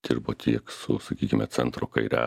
dirba tiek su sakykime centro kairia